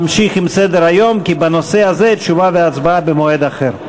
כי בנושא הזה תשובה והצבעה במועד אחר.